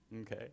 okay